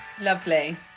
Lovely